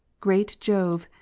great jove,